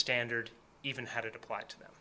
standard even had it apply to them